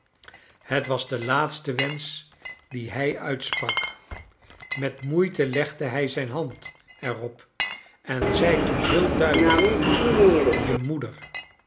iiet was de laatste wenscb dien hij uitsprak met moeite legde hij zijn band er op en zei toen heel duidelijk je moeder